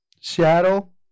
Seattle